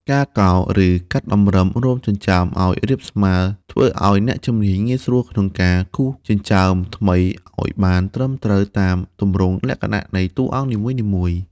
ការកោរ ឬកាត់តម្រឹមរោមចិញ្ចើមឲ្យរាបស្មើ ធ្វើឲ្យអ្នកជំនាញងាយស្រួលក្នុងការគូរចិញ្ចើមថ្មីឲ្យបានត្រឹមត្រូវតាមទម្រង់លក្ខណៈនៃតួអង្គនីមួយៗ។